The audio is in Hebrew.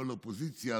לא לאופוזיציה,